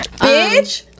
Bitch